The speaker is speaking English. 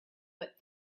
but